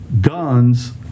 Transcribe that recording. guns